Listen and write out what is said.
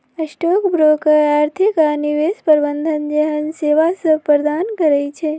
stock broker आर्थिक आऽ निवेश प्रबंधन जेहन सेवासभ प्रदान करई छै